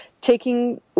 taking